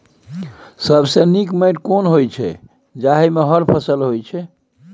सबसे नीक माटी केना होय छै, जाहि मे हर फसल होय छै?